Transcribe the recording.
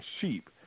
sheep